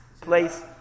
place